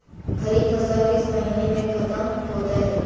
खरिफ फसल किस महीने में ख़त्म होते हैं?